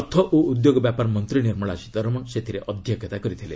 ଅର୍ଥ ଓ ଉଦ୍ୟୋଗ ବ୍ୟାପାର ମନ୍ତ୍ରୀ ନିର୍ମଳା ସୀତାରମଣ ଏଥିରେ ଅଧ୍ୟକ୍ଷତା କରିଥିଲେ